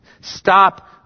Stop